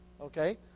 okay